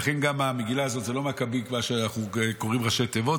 לכן גם המגילה הזאת זה לא "מכבי" מה שאנחנו קוראים בראשי תיבות,